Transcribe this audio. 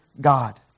God